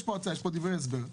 יש פה דברי הסבר,